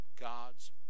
God's